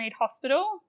Hospital